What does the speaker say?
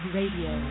Radio